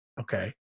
okay